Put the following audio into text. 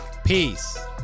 Peace